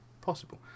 possible